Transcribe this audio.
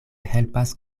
helpas